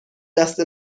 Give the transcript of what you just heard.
دست